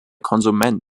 konsument